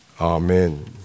Amen